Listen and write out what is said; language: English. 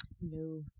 No